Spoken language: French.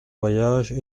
voyage